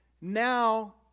Now